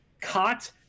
caught